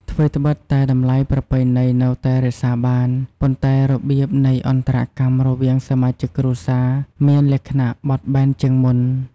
ថ្វីត្បិតតែតម្លៃប្រពៃណីនៅតែរក្សាបាន ប៉ុន្តែរបៀបនៃអន្តរកម្មរវាងសមាជិកគ្រួសារមានលក្ខណៈបត់បែនជាងមុន។